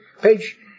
Page